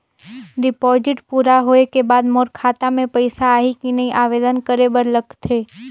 Deposit पूरा होय के बाद मोर खाता मे पइसा आही कि आवेदन करे बर लगथे?